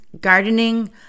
gardening